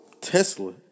Tesla